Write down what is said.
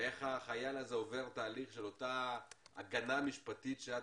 ואיך החייל הזה עובר תהליך של אותה הגנה משפטית שאת,